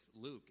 Luke